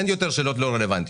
אין יותר שאלות לא רלוונטיות.